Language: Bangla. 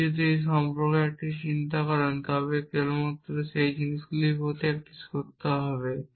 আপনি যদি এই সম্পর্কে একটু চিন্তা করেন তবে কেবলমাত্র সেই জিনিসগুলির মধ্যে একটি সত্য হবে